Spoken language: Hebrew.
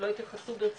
שלא התייחסו ברצינות,